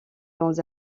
dont